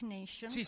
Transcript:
Nation